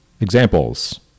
Examples